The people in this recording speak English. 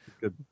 good